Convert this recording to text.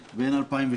נכון.